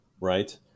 right